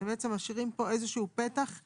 זה בעצם משאירים פה איזה שהוא פתח,